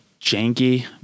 janky